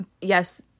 Yes